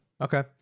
okay